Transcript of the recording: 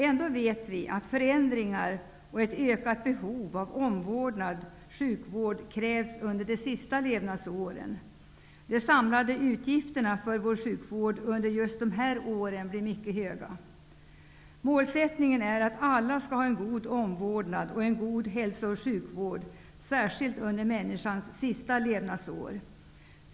Ändå vet vi att förändringar och ett ökat behov av omvårdnad och sjukvård uppstår under de sista levnadsåren. De samlade utgifterna för vård av sjuka under dessa år är mycket höga. Målsättningen är att alla skall ha en god omvårdnad och en god hälso och sjukvård, särskilt under de sista levnadsåren.